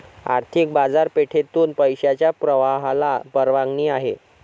आर्थिक बाजारपेठेतून पैशाच्या प्रवाहाला परवानगी आहे